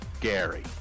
Gary